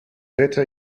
better